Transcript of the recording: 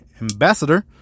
ambassador